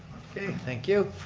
okay thank you.